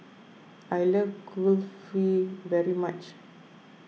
I love Kulfi very much